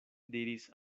diris